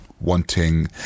wanting